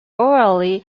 orally